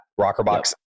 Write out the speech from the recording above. Rockerbox